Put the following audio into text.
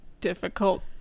difficult